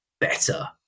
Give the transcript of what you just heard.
better